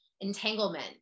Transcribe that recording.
entanglement